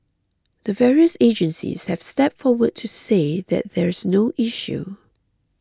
the various agencies have stepped forward to say that there's no issue